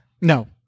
No